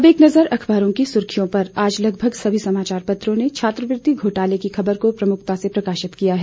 अब एक नजर अखबारों की सुर्खियों पर आज लगभग सभी समाचार पत्रों ने छात्रवृति घोटाले की ख़बर को प्रमुखता से प्रकाशित किया है